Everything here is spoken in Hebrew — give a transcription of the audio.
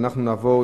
אנחנו נעבור,